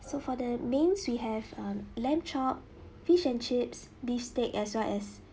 so for the mains we have a lamb chop fish and chips beef steak as well as